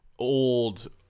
old